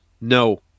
No